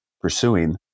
pursuing